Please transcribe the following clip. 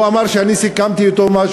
הוא אמר שאני סיכמתי אתו משהו.